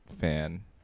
fan